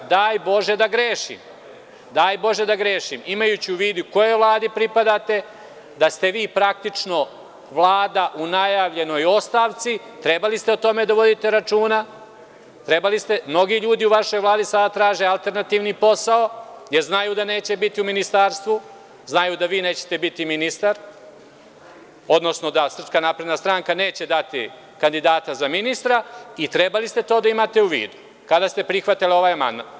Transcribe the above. Daj Bože da grešim, imajući u vidu kojoj vladi pripadate, da ste vi praktično vlada u najavljenoj ostavci, trebali ste o tome da vodite računa, trebali ste, mnogi ljudi sada u vašoj vladi sada traže alternativni posao, jer znaju da neće biti u ministarstvu, znaju da vi nećete biti ministar, odnosno da SNS neće dati kandidata za ministra i trebali ste to da imate u vidu, kada ste prihvatili ovaj amandman.